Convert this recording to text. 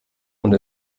und